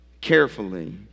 carefully